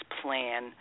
plan